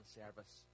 service